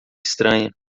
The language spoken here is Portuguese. estranha